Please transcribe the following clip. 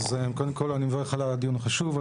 קודם כל, אני מברך על הדיון החשוב.